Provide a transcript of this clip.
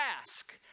ask